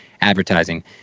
advertising